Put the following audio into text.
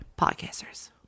Podcasters